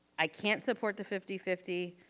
i can't support the fifty fifty.